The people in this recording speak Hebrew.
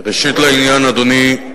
ראשית לעניין, אדוני,